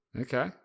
Okay